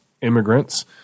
immigrants